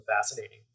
fascinating